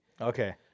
Okay